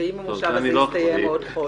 ואם המושב הזה יסתיים מוקדם מהצפוי?